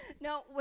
No